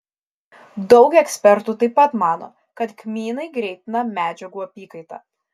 daug ekspertų taip pat mano kad kmynai greitina medžiagų apykaitą